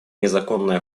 незаконной